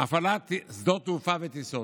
שדות תעופה וטיסות.